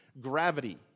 Gravity